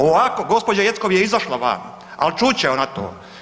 Ovako gospođa Jeckov je izašla van, ali čut će ona to.